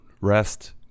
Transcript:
Rest